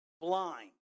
blind